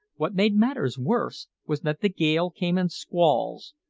what made matters worse was that the gale came in squalls,